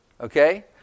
Okay